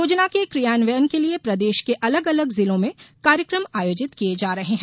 योजना के क्रियान्वयन के लिये प्रदेश के अलग अलग जिलों में कार्यक्रम आयोजित किये जा रहे हैं